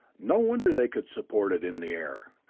no wonder they could support it in the air!